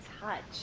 touch